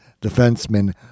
defenseman